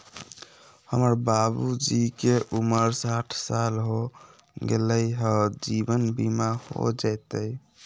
हमर बाबूजी के उमर साठ साल हो गैलई ह, जीवन बीमा हो जैतई?